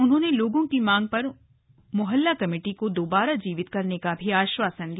उन्होंने लोगों की मांग पर उन्होंने मोहल्ला कमेटी को दोबारा जीवित करने का आश्वासन दिया